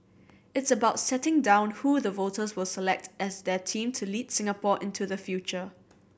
it's about setting down who the voters will select as their team to lead Singapore into the future